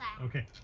okay